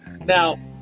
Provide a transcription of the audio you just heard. Now